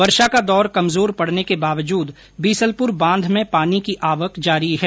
वर्षा का दौर कमजोर पड़ने के बावजूद बिसलपुर बांध में पानी की आवक जारी है